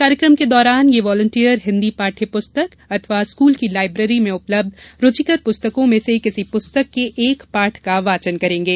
कार्यक्रम के दौरान ये वॉलेंटियर हिन्दी पाठ्य पुस्तक अथवा स्कूल की लायब्रेरी में उपलब्ध रुचिकर प्रस्तकों में से किसी पुस्तक के एक पाठ का वाचन करेंगे